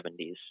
1970s